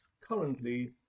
currently